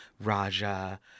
Raja